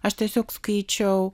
aš tiesiog skaičiau